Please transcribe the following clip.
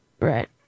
Right